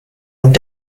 und